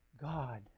God